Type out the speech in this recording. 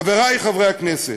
חברי חברי הכנסת,